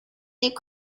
est